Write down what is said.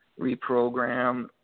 reprogram